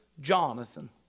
Jonathan